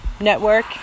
network